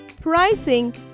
pricing